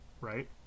right